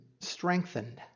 strengthened